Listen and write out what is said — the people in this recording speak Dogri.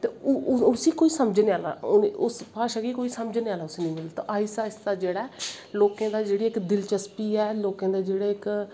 ते उसी कोई समझनें आह्ला भाशा गी कोई समझनें आह्ला नी ऐ आस्ता आस्ता लोकें दी इक जेह्ड़ी दिलचस्वी ऐ लोकें दे जेह्ड़े इक